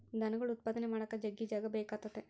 ದನಗುಳ್ ಉತ್ಪಾದನೆ ಮಾಡಾಕ ಜಗ್ಗಿ ಜಾಗ ಬೇಕಾತತೆ